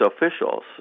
officials